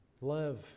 Love